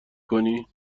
کنی